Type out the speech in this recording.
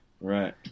Right